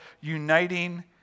uniting